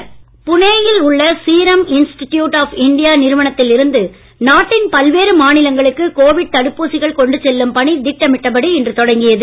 Covid தடுப்பூசி புனேயில் உள்ள சீரம் இன்ஸ்டிடியூட் ஆப் இந்தியா நிறுவனத்தில் இருந்து நாட்டின் பல்வேறு மாநிலங்களுக்கு கோவிட் தடுப்பூசிகள் கொண்டு செல்லும் பணி திட்டமிட்டபடி இன்று தொடங்கியது